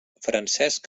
francesc